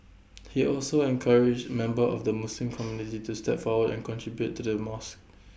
he also encouraged members of the Muslim community to step forward and contribute to the mosque